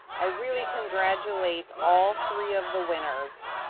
i really congratulate all three of the winners.